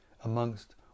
amongst